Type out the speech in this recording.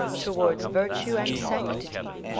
towards virtue and sanctity,